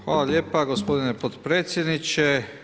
Hvala lijepa gospodine potpredsjedniče.